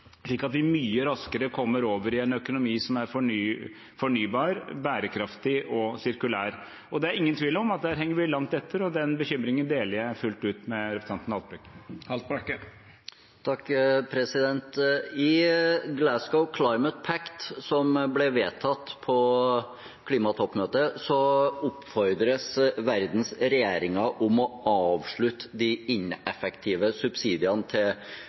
slik at vi mye raskere kommer over i en økonomi som er fornybar, bærekraftig og sirkulær. Det er ingen tvil om at der henger vi langt etter, og den bekymringen deler jeg fullt ut med representanten Haltbrekken. I Glasgow Climate Pact, som ble vedtatt på klimatoppmøtet, oppfordres verdens regjeringer til å avslutte de ineffektive subsidiene til fossil energi. Ineffektive subsidier er subsidier som ville ha gitt større verdiskaping om de ble brukt til